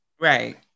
Right